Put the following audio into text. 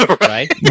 right